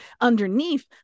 underneath